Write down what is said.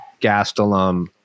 gastelum